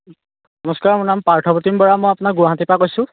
নমস্কাৰ মোৰ নাম প্ৰাৰ্থ প্ৰতিম বৰা মই আপোনাৰ গুৱাহাটীৰপৰা কৈছোঁ